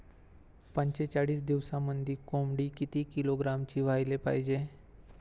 पंचेचाळीस दिवसामंदी कोंबडी किती किलोग्रॅमची व्हायले पाहीजे?